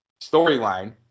storyline